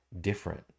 different